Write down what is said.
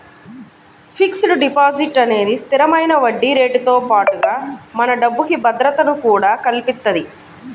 fixed deposit అనేది స్థిరమైన వడ్డీరేటుతో పాటుగా మన డబ్బుకి భద్రతను కూడా కల్పిత్తది